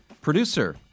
producer